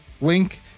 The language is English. link